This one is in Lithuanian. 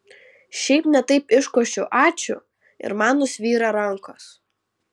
šiaip ne taip iškošiu ačiū ir man nusvyra rankos